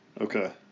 Okay